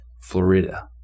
Florida